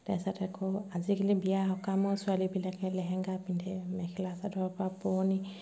তাৰপিছত আকৌ আজিকালি বিয়া সকামৰ ছোৱালীবিলাকে লেহেংগা পিন্ধে মেখেলা চাদৰ পৰা পুৰণি